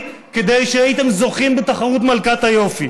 כדי שהייתם זוכים בתחרות מלכת היופי.